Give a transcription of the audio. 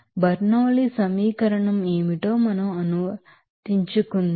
Bernoulli సమీకరణం ఏమిటో మనం అనువర్తించుకుందాం